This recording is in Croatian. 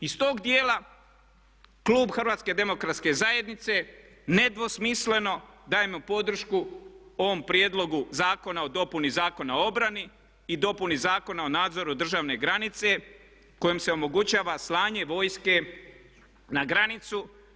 I s tog dijela klub HDZ-a nedvosmisleno daje podršku ovom prijedlogu zakona o dopuni Zakona o obrani i dopuni Zakona o nadzoru državne granice kojom se omogućava slanje vojske na granicu.